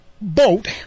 boat